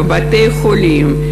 בבתי-חולים,